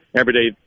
everyday